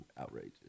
outrageous